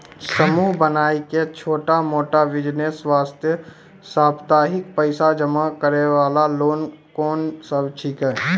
समूह बनाय के छोटा मोटा बिज़नेस वास्ते साप्ताहिक पैसा जमा करे वाला लोन कोंन सब छीके?